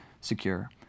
secure